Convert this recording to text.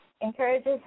encourages